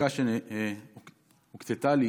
הדקה שהוקצתה לי